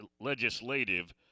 Legislative